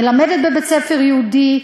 מלמדת בבית-ספר יהודי,